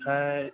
ओमफ्राय